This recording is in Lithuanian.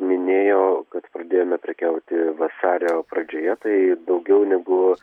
minėjo kad pradėjome prekiauti vasario pradžioje tai daugiau negu